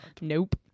Nope